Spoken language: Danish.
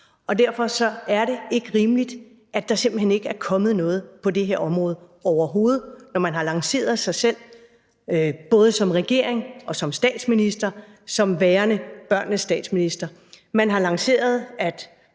derfor er det ikke rimeligt, at der simpelt hen ikke er kommet noget på det her område overhovedet, når man har lanceret sig selv både som regering og som statsminister som værende børnenes statsminister. Man har lanceret